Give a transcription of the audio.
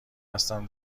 هستم